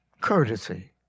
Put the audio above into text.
Courtesy